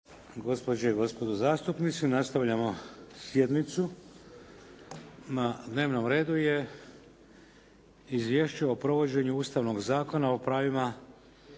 Gospođe i gospodo zastupnici, nastavljamo sjednicu. Na dnevnom redu je - Izvješće o provođenju Ustavnog zakona o pravima